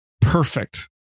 perfect